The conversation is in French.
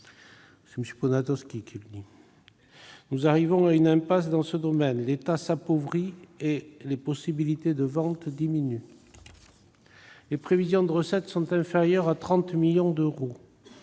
l'étranger. Nous arrivons à une impasse dans ce domaine : l'État s'appauvrit et les possibilités de vente diminuent !« Les prévisions de recettes sont inférieures à 30 millions d'euros.